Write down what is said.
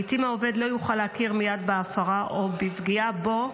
לעיתים העובד לא יוכל להכיר מייד בהפרה או בפגיעה בו,